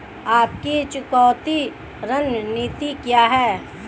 आपकी चुकौती रणनीति क्या है?